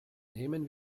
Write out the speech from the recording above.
nehmen